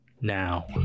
now